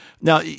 now